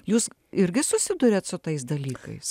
jūs irgi susiduriat su tais dalykais